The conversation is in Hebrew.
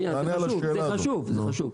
זה חשוב.